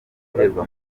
guterwa